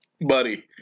Buddy